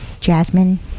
Jasmine